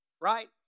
right